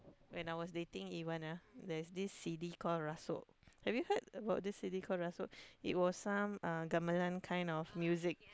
when I was dating Iwan ah there is this C_D call rasuk have you heard about this C_D called rasuk it was some uh gamelan kind of music